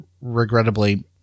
regrettably